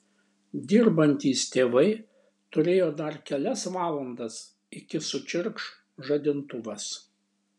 dirbantys tėvai turėjo dar kelias valandas iki sučirkš žadintuvas